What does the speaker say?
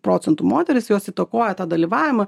procentų moterys jos įtakoja dalyvavimą